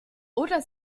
oder